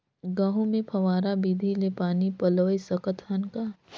गहूं मे फव्वारा विधि ले पानी पलोय सकत हन का?